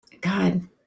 God